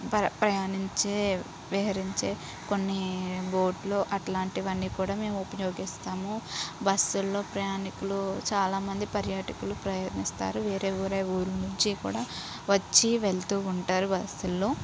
ప ప్రయాణించే విహరించే కొన్ని బోట్లు అట్లాంటివన్నీ కూడా మేము ఉపయోగిస్తాము బస్సుల్లో ప్రయాణికులు చాలా మంది పర్యాటకులు ప్రయాణిస్తారు వేరే ఊరే ఊరు నుంచి కూడా వచ్చి వెళుతూ ఉంటారు బస్సుల్లో